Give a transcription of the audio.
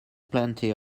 plenty